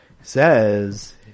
says